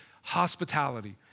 hospitality